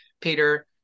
Peter